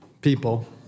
people